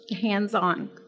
hands-on